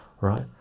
right